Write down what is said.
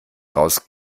raus